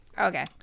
Okay